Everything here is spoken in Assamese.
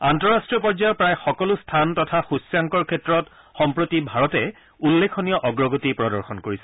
আন্তঃৰাষ্টীয় পৰ্যায়ৰ প্ৰায় সকলো স্খন তথা সূচ্যাংকৰ ক্ষেত্ৰত সম্প্ৰতি ভাৰতে উল্লেখনীয় অগ্ৰগতি প্ৰদৰ্শন কৰিছে